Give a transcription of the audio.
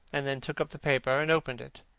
and then took up the paper, and opened it.